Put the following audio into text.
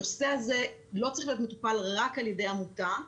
הנושא הזה לא צריך להיות מטופל רק על ידי עמותה.